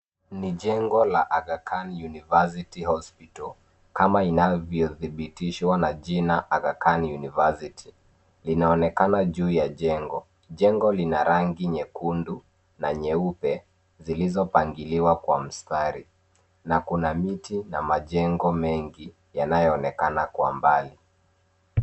Ni jengo la Aga Khan University hospital kama inavyodhibitishwa na jina Aga Khan University, linaonekana juu ya jengo. Jengo lina rangi nyekundu na nyeupe zilizopangiliwa kwa mstari na kuna miti na majengo mengi yanayoonekana kwa mbali.